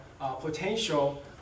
potential